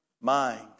mind